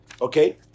Okay